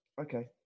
Okay